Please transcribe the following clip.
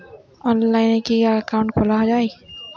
অনলাইনে কি অ্যাকাউন্ট খোলা যাবে?